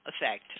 effect